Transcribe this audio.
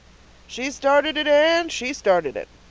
she started it, anne, she started it.